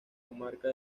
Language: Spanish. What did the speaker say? comarca